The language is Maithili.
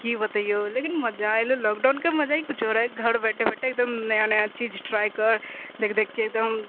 कि बतइऔ लेकिन मजा एलेै हँ लॉकडाउनके मजा ही किछु आओर है घर बैठे बैठे एकदम नया नया चीज ट्राइ कर देखि देखिके तऽ हम